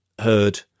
heard